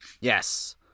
yes